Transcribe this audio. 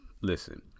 Listen